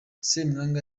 semwanga